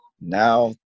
now